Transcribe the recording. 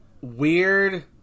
weird